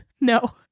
No